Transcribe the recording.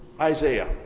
Isaiah